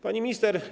Pani Minister!